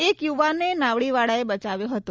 એક યુવાનને નાવડીવાળાએ બચાવ્યો હતો